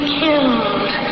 killed